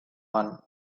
one